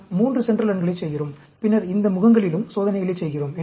நாம் 3 சென்ட்ரல் ரன்களைச் செய்கிறோம் பின்னர் இந்த முகங்களிலும் சோதனைகளைச் செய்கிறோம்